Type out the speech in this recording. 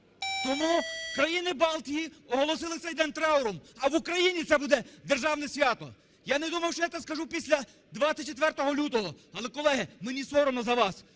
Тому країни Балтії оголосили цей день трауром, а в Україні це буде державне свято. Я не думав, що я це скажу після 24 лютого. Але, колеги, мені соромно за вас,